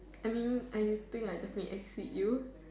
I mean I think I may just exceed you